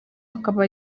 akaba